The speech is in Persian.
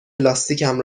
لاستیکم